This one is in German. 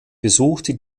besuchte